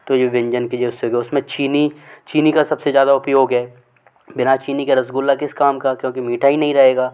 तो ये व्यंजन के जो उससे गए उस में चीनी चीनी का सब से ज़्यादा उपयोग है बिना चीनी के रसगुल्ला किस काम का क्योंकि मीठा ही नहीं रहेगा